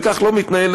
וכך לא מתנהלת